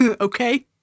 Okay